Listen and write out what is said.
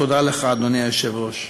תודה לך, אדוני היושב-ראש.